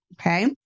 okay